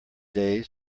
days